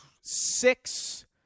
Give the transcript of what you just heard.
six